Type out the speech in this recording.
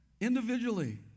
individually